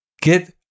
get